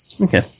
Okay